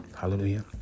Hallelujah